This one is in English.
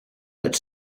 but